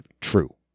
True